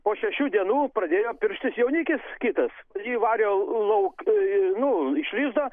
po šešių dienų pradėjo pirštis jaunikis kitas jį varė lauk nu iš lizdo